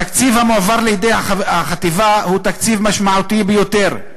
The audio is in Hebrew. התקציב המועבר לידי החטיבה הוא תקציב משמעותי ביותר,